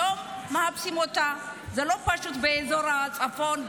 היום מחפשים אותה באזור הצפון,